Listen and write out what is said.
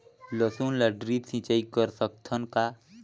लसुन ल ड्रिप सिंचाई कर सकत हन का?